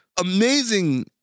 amazing